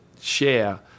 share